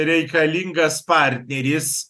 reikalingas partneris